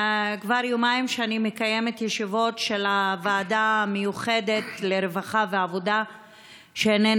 כבר יומיים שאני מקיימת ישיבות של הוועדה המיוחדת לרווחה ועבודה שהינני